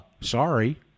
sorry